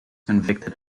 convicted